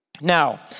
Now